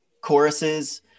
choruses